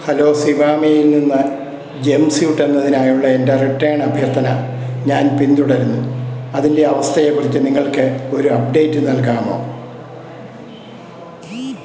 hello സിവാമെയിൽ നിന്ന് jump സ്യൂട്ടെന്നതിനായുള്ള എന്റെ റിട്ടേൺ അഭ്യർത്ഥന ഞാൻ പിന്തുടരുന്നു അതിന്റെ അവസ്ഥയേക്കുറിച്ച് നിങ്ങൾക്ക് ഒരു അപ്ഡേറ്റ് നൽകാമോ